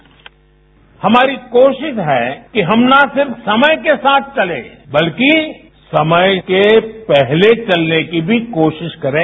bite हमारी कोशिश है कि हम ना सिर्फ समय के साथ चलें बल्कि समय के पहले चलने की भी कोशिश करें